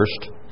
first